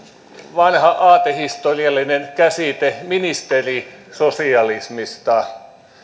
vanha aatehistoriallinen käsite ministerisosialismista